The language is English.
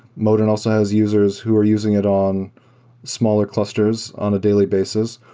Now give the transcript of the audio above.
modin also has users who are using it on smaller clusters on a daily basis.